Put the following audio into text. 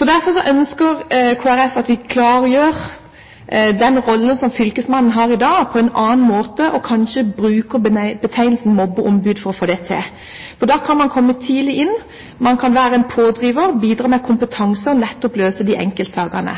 Derfor ønsker Kristelig Folkeparti at vi klargjør den rollen som fylkesmannen har i dag, på en annen måte og kanskje bruker betegnelsen «mobbeombud» for å få dette til. For da kan man komme tidlig inn, man kan være en pådriver og bidra med kompetanse og nettopp løse enkeltsakene.